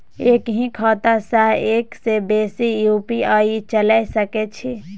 एक ही खाता सं एक से बेसी यु.पी.आई चलय सके छि?